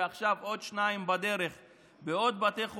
ועכשיו עוד שניים בדרך בעוד בתי חולים,